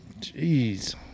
Jeez